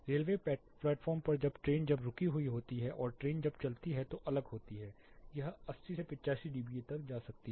railway platform पर train जब रुकी हुई होती है और जब ट्रेन चलती है तो अलग होती है यह 80 85 dBA तक जा सकती है